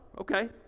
okay